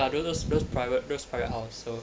ya those those private those private house so